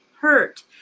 hurt